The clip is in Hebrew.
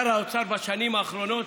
ושר האוצר בשנים האחרונות,